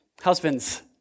Husbands